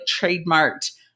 trademarked